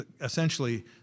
essentially